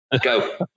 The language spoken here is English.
Go